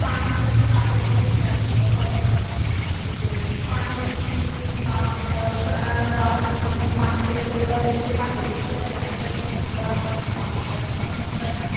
ਪਾਣੀ ਅਸੀਂ ਸਾਫ਼ ਰੱਖਣ ਲਈ ਪੈਪ ਡੂੰਘਾ ਪਾਇਆ ਆ ਅਤੇ ਪਾਣੀ ਨੂੰ ਸਾਫ਼ ਸਾਫ਼ ਰੱਖਣ ਲਈ ਪਾਣੀ ਦੀ ਬੱਚਤ ਕਰਨ ਲਈ ਕਿਸੇ ਭਾਂਡੇ ਵਿੱਚ ਭਰ ਕੇ ਰੱਖਦੇ ਹਾਂ ਅਸੀਂ ਪੀਣ ਵਾਲਾ ਪਾਣੀ ਸਾਫ਼ ਸੁਥਰਾ ਹੋਣਾ ਹੁੰਦਾ ਆ